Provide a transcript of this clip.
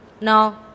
No